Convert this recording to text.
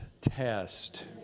test